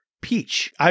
Peach